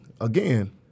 again